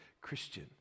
Christian